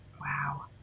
Wow